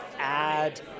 add